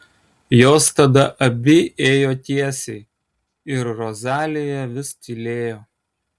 jos tada abi ėjo tiesiai ir rozalija vis tylėjo